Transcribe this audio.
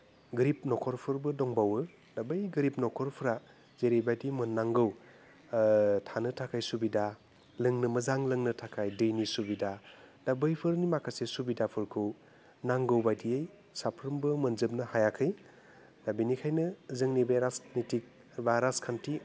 गोरिब नखरफोरबो दंबावो दा बै गोरिब नखरफ्रा जेरैबायदि मोननांगौ थानो थाखाय सुबिदा लोंनो मोजां लोंनो थाखाय दैनि सुबिदा दा बैफोरनि माखासे सुबिदाफोरखौ नांगौ बायदियै साफ्रोमबो मोनजोबनो हायाखै दा बेनिखायनो जोंनि बे राजनिथिग बा राजखान्थि